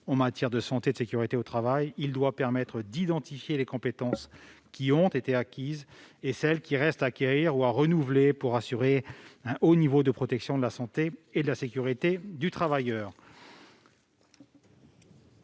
en matière de santé et de sécurité au travail : il doit permettre d'identifier les compétences qui ont été acquises et celles qui restent à acquérir ou à renouveler pour assurer un haut niveau de protection de la santé et de la sécurité du travailleur.